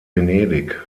venedig